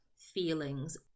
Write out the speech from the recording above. feelings